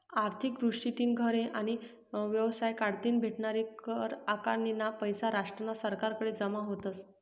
आर्थिक दृष्टीतीन घरे आणि येवसाय कढतीन भेटनारी कर आकारनीना पैसा राष्ट्रना सरकारकडे जमा व्हतस